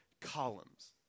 columns